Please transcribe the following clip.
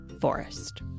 forest